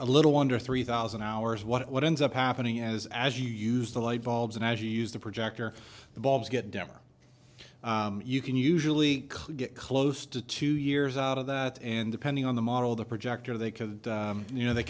a little under three thousand hours what ends up happening is as you use the light bulbs and as you use the projector the bulbs get down you can usually get close to two years out of that and depending on the model the projector they could you know they